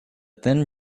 thin